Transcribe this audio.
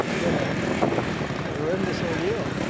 been a horrendous ordeal,